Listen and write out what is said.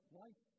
life